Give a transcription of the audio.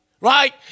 right